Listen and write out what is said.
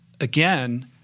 again